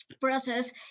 process